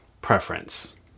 preference